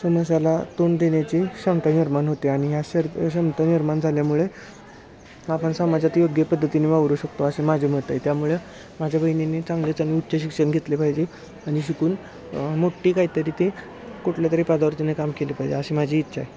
समस्याला तोंड देण्याची क्षमता निर्माण होते आणि ह्या क्षमता निर्माण झाल्यामुळे आपण समाजात योग्य पद्धतीने वावरू शकतो असे माझे मत आहे त्यामुळे माझ्या बहिणीनी चांगले चांगली उच्च शिक्षण घेतले पाहिजे आणि शिकून मोठी काहीतरी ते कुठल्या तरी पदावरती काम केले पाहिजे अशी माझी इच्छा आहे